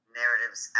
narratives